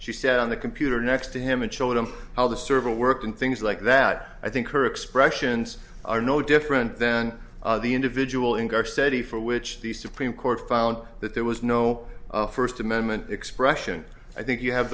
she said on the computer next to him and showed him how the server worked and things like that i think her expressions are no different than the individual in our study for which the supreme court found that there was no first amendment expression i think you have